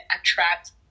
attract